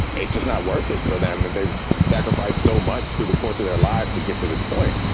it's just not worth it for them that they've sacrificed so much the course of their lives to get to this point.